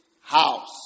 house